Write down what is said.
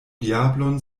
diablon